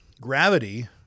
gravity